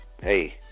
Hey